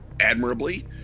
admirably